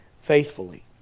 faithfully